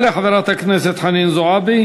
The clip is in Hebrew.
הוועדה שמינתה שרת התרבות והספורט קבעה